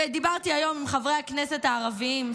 ודיברתי היום עם חברי הכנסת הערבים,